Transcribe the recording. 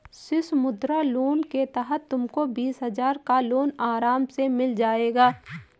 शिशु मुद्रा लोन के तहत तुमको बीस हजार का लोन आराम से मिल जाएगा